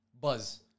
buzz